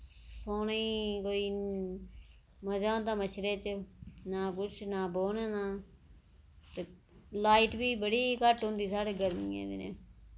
सोने ई कोई मजा होंदा मच्छरे च ना किश ना बौह्ने दा ते लाइट बी बड़ी घट्ट होंदी साढ़े गर्मियें दिनैं